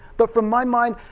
but for my mind,